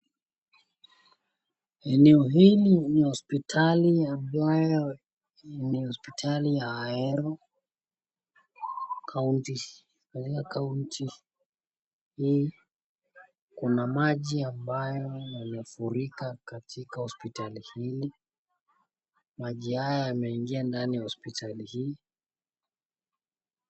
Eneo hili ni hospitali ambayo ni hospitali ya Ahero. County hii kuna maji ambayo imefurika katika hopitali hii maji haya yamefurika hospitali hii.